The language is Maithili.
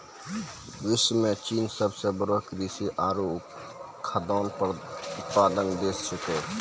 विश्व म चीन सबसें बड़ो कृषि आरु खाद्यान्न उत्पादक देश छिकै